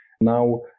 Now